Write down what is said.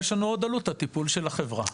ועוד עלות של טיפול החברה.